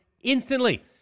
instantly